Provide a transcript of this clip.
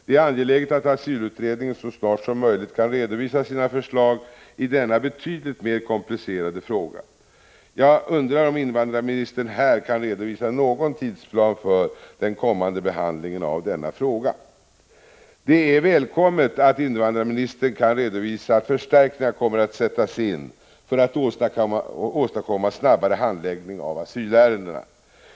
Det är angeläget att asylutredningen så snart som möjligt kan redovisa sina förslag i denna betydligt mer komplicerade fråga. Jag undrar om invandrarministern här kan redovisa någon tidsplan för den kommande behandlingen av denna fråga. Det är välkommet att invandrarministern kan redovisa att förstärkningar kommer att sättas in för att åstadkomma snabbare handläggning av asylärendena.